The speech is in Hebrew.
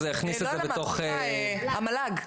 המל"ג,